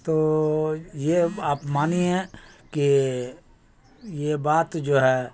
تو یہ آپ مانیے کہ یہ بات جو ہے